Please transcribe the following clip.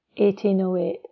1808